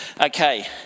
Okay